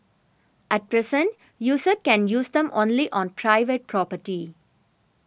at present users can use them only on private property